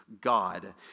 God